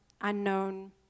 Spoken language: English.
unknown